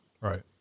Right